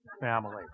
family